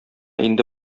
инде